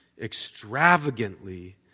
extravagantly